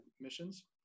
missions